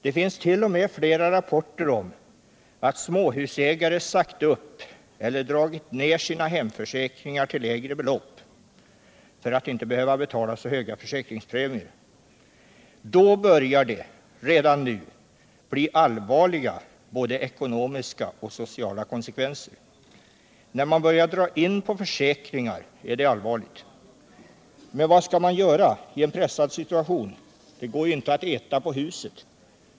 Det finns t.o.m. flera rapporter om att småhusägare sagt upp eller dragit ner sina hemförsäkringar till lägre belopp för att inte behöva betala så höga försäkringspremier. Då börjar det redan nu bli både ekonomiska och sociala konsekvenser. När man börjar dra in på försäkringar är det allvarligt. Men vad skall man göra i en pressad situation? Det går ju inte att äta på huset.